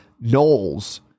Knowles